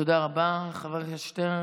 תודה רבה, חבר הכנסת שטרן.